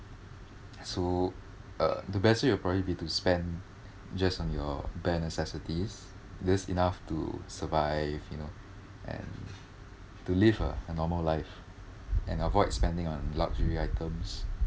so uh the best way would probably be to spend just on your bare necessities just enough to survive you know and to live a a normal life and avoid spending on luxury items